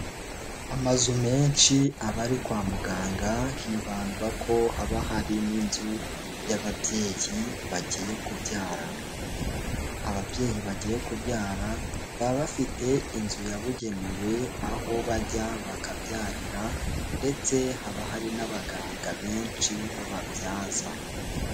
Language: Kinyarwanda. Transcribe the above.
Amazu menshi abari kwa muganga hibandwa ko haba hari n'inzu y'ababyeyi bagiye kubyara, iyo ababyeyi bagiye kubyara baba bafite inzu yabugenewe, aho bajya bakabyarira ndetse haba hari n'abaganga benshi b'ababyaza.